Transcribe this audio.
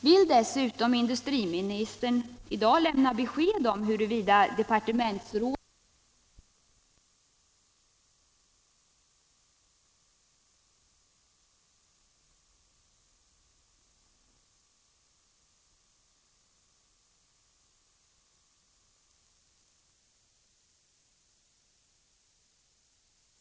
Vill industriministern dessutom lämna besked om huruvida departementsrådet Åke Larsson även fortsättningsvis får som sin personliga uppgift att arbeta med frågorna för att finna lösningar på sysselsättningsproblemen i Surte?